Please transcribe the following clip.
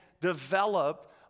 develop